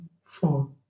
four